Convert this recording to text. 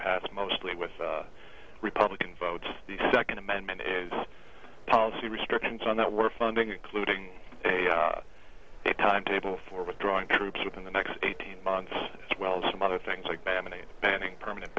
pass mostly with republican votes the second amendment is policy restrictions on that war funding including a timetable for withdrawing troops within the next eighteen months as well as some other things like banning banning permanent